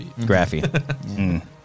Graphy